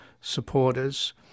supporters